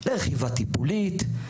לרכיבה טיפולית,